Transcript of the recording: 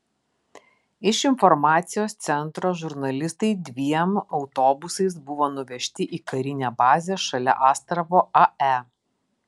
iš informacijos centro žurnalistai dviem autobusais buvo nuvežti į karinę bazę šalia astravo ae